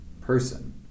person